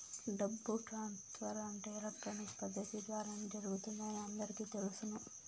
డబ్బు ట్రాన్స్ఫర్ అంటే ఎలక్ట్రానిక్ పద్దతి ద్వారానే జరుగుతుందని అందరికీ తెలుసును